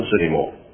anymore